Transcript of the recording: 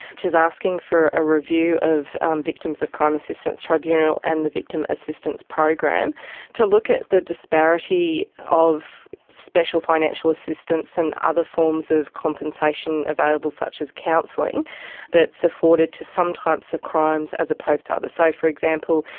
which is asking for a review of victims of crime assistance tribunal and the victim assistance program to look at the disparity of special financial assistance and other forms of compensation available such as counselling that is so afforded to some types of crimes as opposed to others. so, for example,